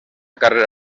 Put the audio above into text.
carrera